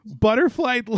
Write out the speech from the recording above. butterfly